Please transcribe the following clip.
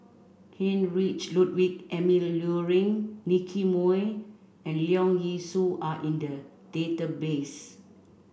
Heinrich Ludwig Emil Luering Nicky Moey and Leong Yee Soo are in the database